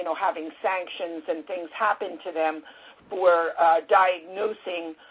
you know having sanctions and things happen to them for diagnosing